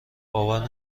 باور